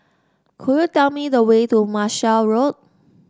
could you tell me the way to Marshall Road